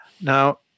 Now